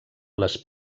les